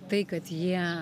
tai kad jie